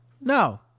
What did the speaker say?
No